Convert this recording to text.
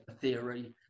theory